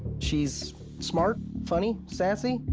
she's smart, funny, sassy.